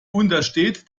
untersteht